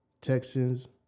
Texans